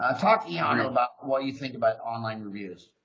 ah talk ian, ah about what you think about online reviews?